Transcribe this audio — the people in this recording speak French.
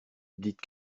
dites